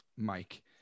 Mike